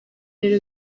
rero